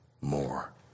more